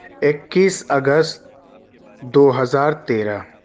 اکیس اگست دو ہزار تیرہ